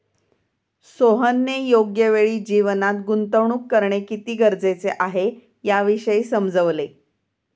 सोहनने योग्य वेळी जीवनात गुंतवणूक करणे किती गरजेचे आहे, याविषयी समजवले